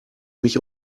mich